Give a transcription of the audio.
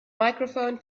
microphone